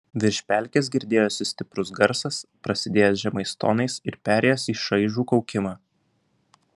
virš pelkės girdėjosi stiprus garsas prasidėjęs žemais tonais ir perėjęs į šaižų kaukimą